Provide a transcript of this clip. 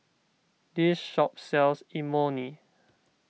this shop sells Imoni